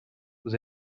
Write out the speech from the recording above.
vous